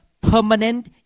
permanent